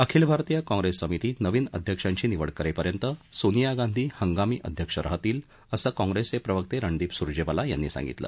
अखिल भारतीय काँग्रेस समिती नविन अध्यक्षांची निवड करेपर्यंत सोनिया गांधी हंगामी अध्यक्ष राहतील असं काँग्रेसचे प्रवक्ते रणदीप सूर्जेवाला यांनी सांगितलं